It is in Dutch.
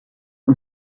een